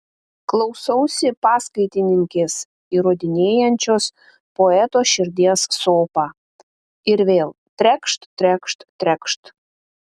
klausausi paskaitininkės įrodinėjančios poeto širdies sopą ir vėl trekšt trekšt trekšt